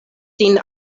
sin